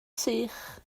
sych